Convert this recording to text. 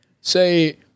say